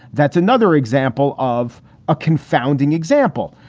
that's another example of a confounding example,